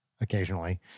occasionally